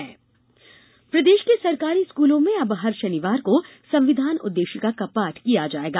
संविधान पाठ प्रदेश के सरकारी स्कूलों में अब हर शनिवार को संविधान उद्देशिका का पाठ किया जाएगा